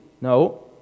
No